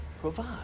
provide